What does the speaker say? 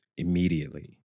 Immediately